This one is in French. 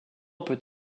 peut